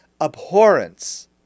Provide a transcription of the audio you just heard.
abhorrence